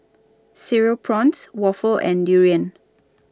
Cereal Prawns Waffle and Durian